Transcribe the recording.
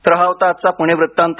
तर हा होता आजचा पुणे वृत्तांत